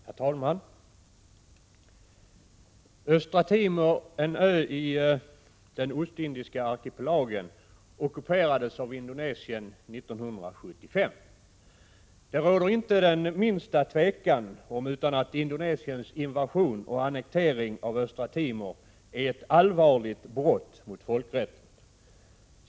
Herr talman! Östra Timor, en öi den ostindiska arkipelagen, ockuperades av Indonesien 1975. Det råder inte det minsta tvivel om att Indonesiens invasion och annektering av Östra Timor är ett allvarligt brott mot folkrätten.